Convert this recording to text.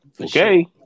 Okay